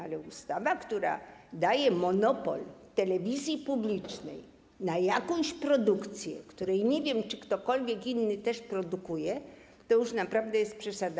Ale ustawa, która daje monopol telewizji publicznej na jakąś produkcję, którą nie wiem, czy ktokolwiek inny też produkuje, to już naprawdę jest przesada.